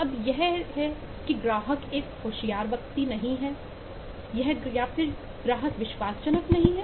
अब यह है कि ग्राहक एकहोशियार व्यक्ति नहीं है यह ग्राहक विश्वास जनक नहीं है